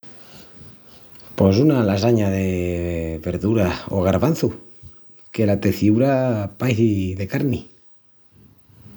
Pos una lasaña de verduras o garvançus que la teciúra paici de carni.